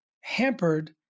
hampered